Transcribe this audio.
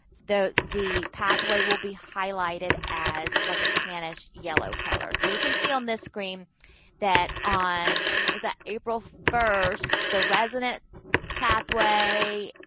the the pathway will be highlighted as like a tannish yellow color. so, you can see on this screen that on, is that april first, the resident pathway,